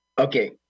Okay